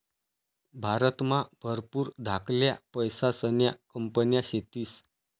भारतमा भरपूर धाकल्या पैसासन्या कंपन्या शेतीस